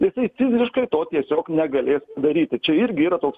jisai fiziškai to tiesiog negalės daryti čia irgi yra toks